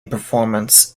performance